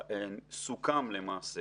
שסוכם למעשה